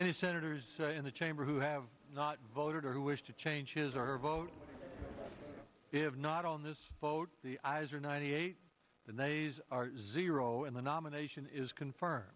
the senators in the chamber who have not voted who wish to change his or her vote if not on this vote the ayes are ninety eight the nays are zero and the nomination is confirmed